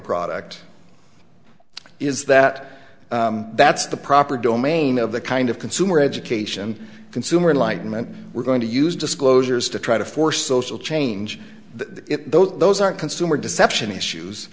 product is that that's the proper domain of the kind of consumer education consumer lightman we're going to use disclosures to try to force social change that those are consumer deception issues